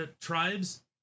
tribes